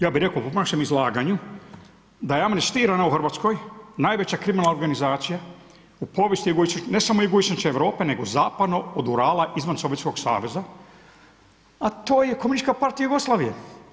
Ja bih rekao po vašem izlaganju da je amnestirana u Hrvatskoj najveća kriminalna organizacija u povijesti ne samo jugoistočne Europe nego zapadno od Urala izvan Sovjetskog Saveza, a to je Komunistička partija Jugoslavije.